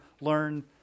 learn